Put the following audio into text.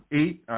eight